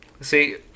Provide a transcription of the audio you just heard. see